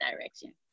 direction